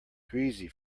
greasy